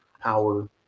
power